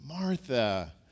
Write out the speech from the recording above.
Martha